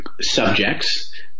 subjects